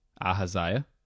Ahaziah